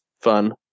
fun